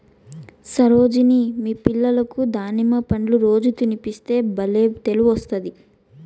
సరోజిని మీ పిల్లలకి దానిమ్మ పండ్లు రోజూ తినిపిస్తే బల్లే తెలివొస్తాది